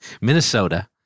Minnesota